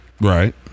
right